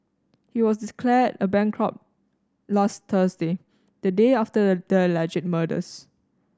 he was declared a bankrupt last Thursday the day after the alleged murders